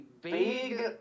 big